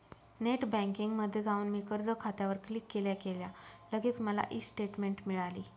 net बँकिंगमध्ये जाऊन मी कर्ज खात्यावर क्लिक केल्या केल्या लगेच मला ई स्टेटमेंट मिळाली